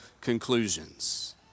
conclusions